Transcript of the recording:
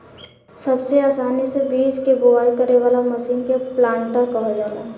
सबसे आसानी से बीज के बोआई करे वाला मशीन के प्लांटर कहल जाला